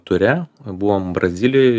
ture buvom brazilijoj